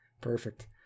perfect